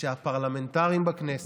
שהפרלמנטרים בכנסת,